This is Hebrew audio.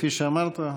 כפי שאמרת,